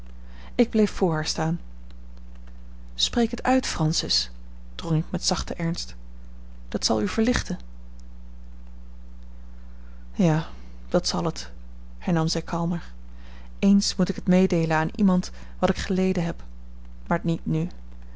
ik bleef voor haar staan spreek het uit francis drong ik met zachten ernst dat zal u verlichten ja dat zal het hernam zij kalmer eens moet ik het meedeelen aan iemand wat ik geleden heb maar niet nu